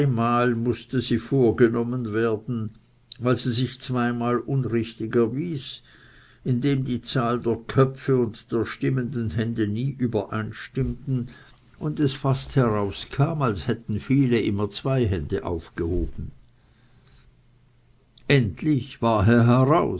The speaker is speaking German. dreimal mußte sie vorgenommen werden weil sie sich zweimal unrichtig erwies indem die zahl der köpfe und der stimmenden hände nie übereinstimmten und es fast herauskam als hätten viele immer zwei hände aufgehoben endlich war